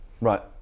Right